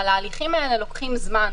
אבל ההליכים האלה לוקחים זמן.